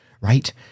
right